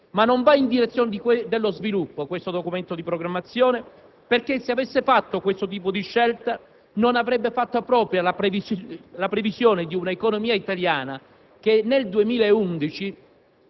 Ma non va in direzione dello sviluppo questo Documento di programmazione economico-finanziaria perché se avesse fatto questo tipo di scelta non avrebbe fatto propria la previsione di una economia italiana che, nel 2011,